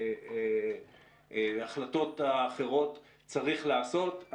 וההחלטות האחרות, צריך לעשות.